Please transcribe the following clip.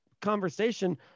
conversation